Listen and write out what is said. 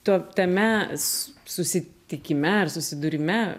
tuo tame su susitikime ar susidūrime